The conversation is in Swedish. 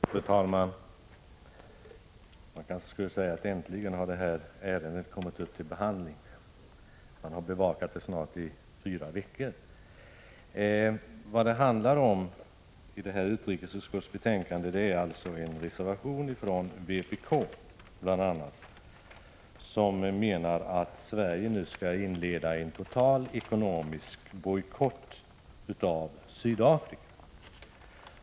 Fru talman! Man skulle kunna säga att detta ärende äntligen har kommit upp till behandling. Vi har bevakat det i snart fyra veckor. Till utrikesutskottets betänkande 18 har bl.a. en vpk-reservation fogats. I denna reservation sägs att Sverige nu skall inleda en total ekonomisk bojkott mot Sydafrika.